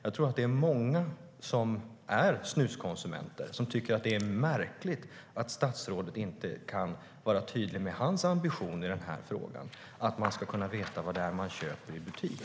Jag tror att det är många snuskonsumenter som tycker att det är märkligt att statsrådet inte kan vara tydlig med sin ambition i frågan, att man ska kunna veta vad det är man köper i butik.